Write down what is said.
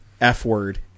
F-word